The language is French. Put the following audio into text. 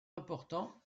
important